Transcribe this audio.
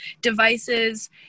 devices